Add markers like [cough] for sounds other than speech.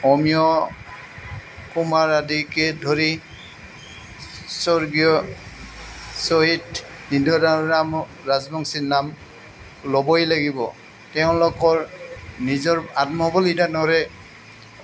অমীয় কুমাৰ আদিকে ধৰি স্বৰ্গীয় [unintelligible] ৰাজবংশী নাম ল'বই লাগিব তেওঁলোকৰ নিজৰ আত্মবলীদানৰে